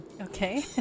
Okay